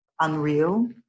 unreal